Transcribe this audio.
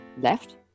left